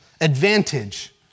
advantage